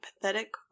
pathetic